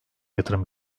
yatırım